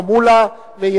תודה